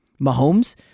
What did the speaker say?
Mahomes